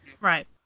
Right